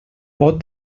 pot